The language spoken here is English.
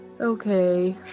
Okay